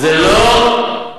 זה רוב העובדים.